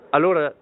Allora